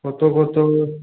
কত কত